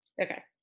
Okay